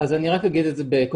אז אני רק אגיד את זה בכותרות.